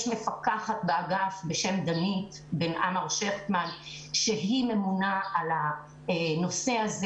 יש מפקחת באגף בשם דנית בן עמר שכטמן שהיא ממונה על הנושא הזה.